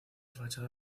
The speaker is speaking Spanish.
fachada